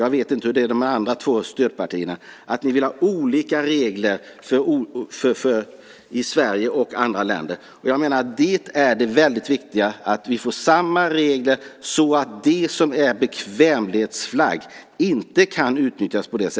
Jag vet inte hur det är med de två stödpartierna, men ni vill ju ha olika regler i Sverige och andra länder. Jag menar att det viktiga är att vi får samma regler så att det som innebär bekvämlighetsflagg inte kan utnyttjas.